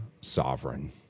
sovereign